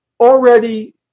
already